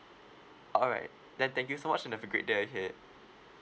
alright then thank you so much and have a great day ahead